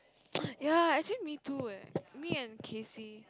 ya actually me too eh me and Casie